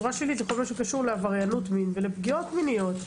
הקשור לעבריינות מין ולפגיעות מיניות לצערי.